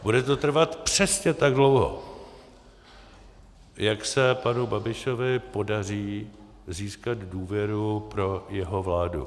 Bude to trvat přesně tak dlouho, jak se panu Babišovi podaří získat důvěru pro jeho vládu.